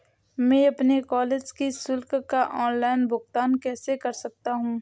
मैं अपने कॉलेज की शुल्क का ऑनलाइन भुगतान कैसे कर सकता हूँ?